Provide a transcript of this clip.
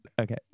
Okay